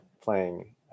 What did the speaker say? playing